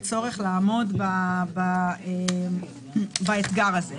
צורך לעמוד באתגר הזה.